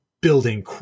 building